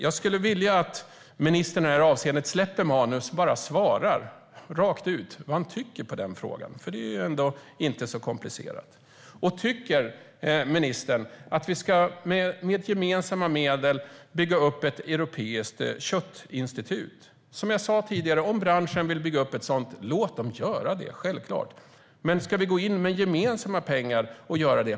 Jag skulle vilja att ministern släpper manus och bara svarar rakt ut vad han tycker i den frågan, för det är ändå inte så komplicerat. Och tycker ministern att vi med gemensamma medel ska bygga upp ett europeiskt köttinstitut? Som jag sa tidigare: Låt branschen bygga upp ett sådant om man vill göra det. Men ska vi gå in med gemensamma pengar och göra det?